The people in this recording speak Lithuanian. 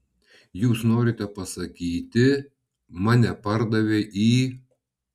jūs norite pasakyti mane pardavė į